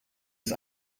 ist